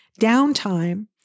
downtime